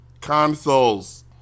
consoles